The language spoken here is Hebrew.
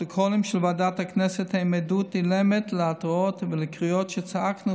הפרוטוקולים של ועדת הכנסת הם עדות אילמת להתרעות ולקריאות שצעקנו